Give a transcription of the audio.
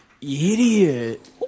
idiot